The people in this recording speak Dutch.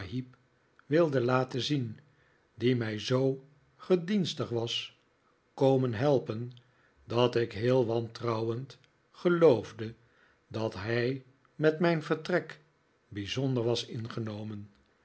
wilde laten zien die mij zoo gedienstig was komen helpen dat ik heel wantrouwend geloofde dat hij met mijn vertrek bijzonder was ingenomen